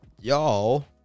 Y'all